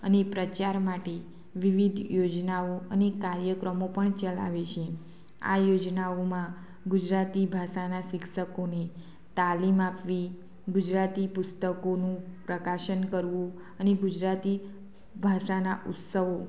અને પ્રચાર માટે વિવિધ યોજનાઓ અને કાર્યક્રમો પણ ચલાવે છે આ યોજનાઓમાં ગુજરાતી ભાષાના શિક્ષકોને તાલીમ આપવી ગુજરાતી પુસ્તકોનું પ્રકાશન કરવું અને ગુજરાતી ભાષાના ઉત્સવો